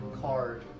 card